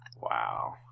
Wow